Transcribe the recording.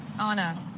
Anna